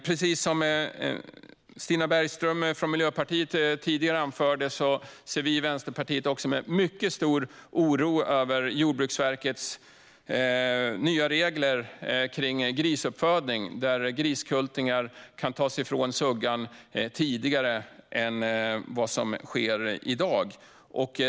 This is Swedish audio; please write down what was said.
I likhet med vad Stina Bergström från Miljöpartiet tidigare anförde ser vi i Vänsterpartiet med mycket stor oro på Jordbruksverkets nya regler för grisuppfödning, där griskultingar kan tas ifrån suggan tidigare än vad som sker i dag.